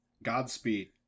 Godspeed